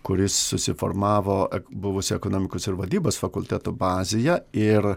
kuris susiformavo buvusio ekonomikos ir vadybos fakulteto bazėje ir